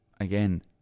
again